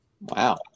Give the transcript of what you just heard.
Wow